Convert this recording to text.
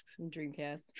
dreamcast